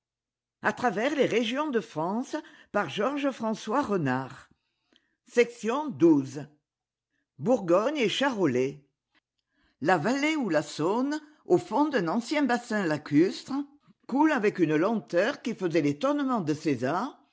i bourgogne et charolais la vallée où la saône au fond d'un ancien bassin lacustre coule avec une lenteur qui faisait l'étonnement de césar